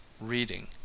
reading